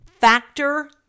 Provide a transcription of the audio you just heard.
Factor